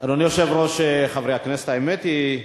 אדוני היושב-ראש, חברי הכנסת, האמת היא,